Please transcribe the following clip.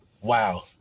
Wow